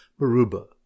Maruba